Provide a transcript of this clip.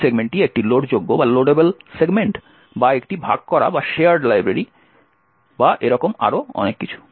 সেই সেগমেন্টটি একটি লোডযোগ্য সেগমেন্ট বা একটি ভাগ করা লাইব্রেরি বা এরকম আরও অনেক কিছু